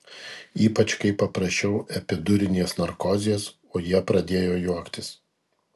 ypač kai paprašiau epidurinės narkozės o jie pradėjo juoktis